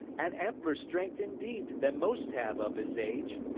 and ampler strength indeed than most have of his age.